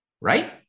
right